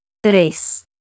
tres